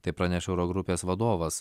tai praneša euro grupės vadovas